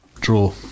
Draw